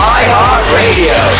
iHeartRadio